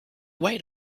way